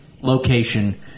location